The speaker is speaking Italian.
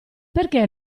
perché